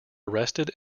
arrested